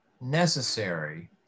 necessary